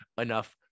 enough